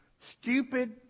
stupid